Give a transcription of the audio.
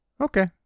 Okay